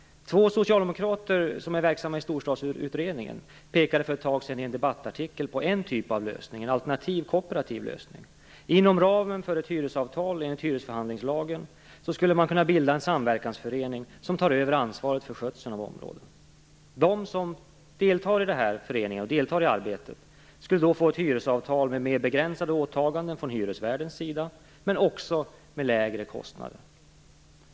Två socialdemokrater som är verksamma i Storstadsutredningen pekade för ett tag sedan i en debattartikel på en typ av lösning. Det var en alternativ kooperativ lösning. Inom ramen för ett hyresavtal enligt hyresförhandlingslagen skulle man kunna bilda en samverkansförening som tar över ansvaret för skötseln av området. De som deltar i det här arbetet skulle då få ett hyresavtal med mer begränsade åtaganden från hyresvärdens sida, men också med lägre kostnader.